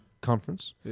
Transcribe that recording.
conference